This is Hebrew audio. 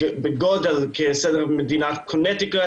הוא בסדר גודל של מדינת קונטיקט,